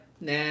nah